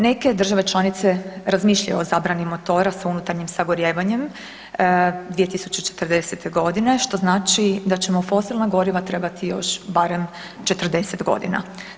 Neke države članice razmišljaju o zabrani motora s unutarnjim sagorijevanjem 2040. g., što znači da ćemo fosilna goriva trebati još barem 40 godina.